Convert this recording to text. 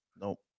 Nope